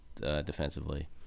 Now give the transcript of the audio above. defensively